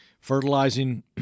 fertilizing